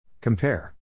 Compare